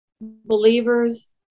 believers